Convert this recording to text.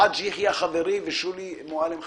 עבדל חכים חאג' יחיא חברי ושולי מועלם חברתי,